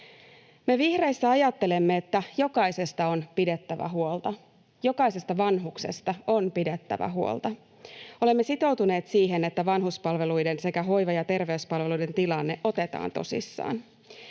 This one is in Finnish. Me vihreissä ajattelemme, että jokaisesta on pidettävä huolta, jokaisesta vanhuksesta on pidettävä huolta. Olemme sitoutuneet siihen, että vanhuspalveluiden sekä hoiva- ja terveyspalveluiden tilanne otetaan tosissaan.